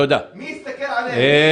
מי יסתכל עליהם?